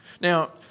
Now